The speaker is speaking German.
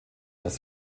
das